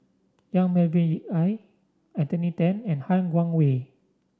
Yong Melvin Yik Chye Anthony Then and Han Guangwei